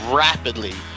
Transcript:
rapidly